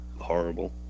horrible